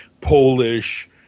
Polish